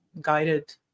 guided